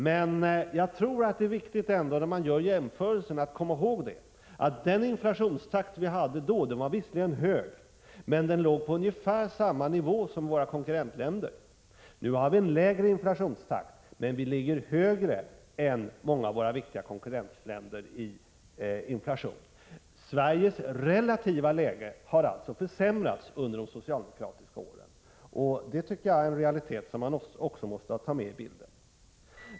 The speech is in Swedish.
Men när man gör den jämförelsen tror jag att det är viktigt att man kommer ihåg att den inflationstakt vi då hade visserligen var hög men ändå låg på ungefär samma nivå som i våra konkurrentländer. Nu har vi en lägre inflationstakt, men vår inflation ligger ändå högre än inflationen i många av våra viktiga konkurrentländer. Sveriges relativa läge har alltså försämrats under de socialdemokratiska åren. Det är en realitet som man också måste ta med i bilden.